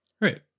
Right